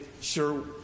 sure